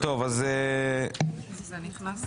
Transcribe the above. אני יודע.